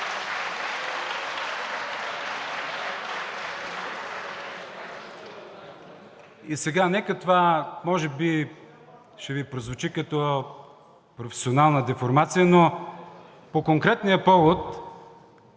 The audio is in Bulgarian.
И сега, това може би ще Ви прозвучи като професионална деформация, но по конкретния повод.